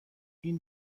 این